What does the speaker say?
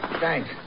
Thanks